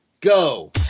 go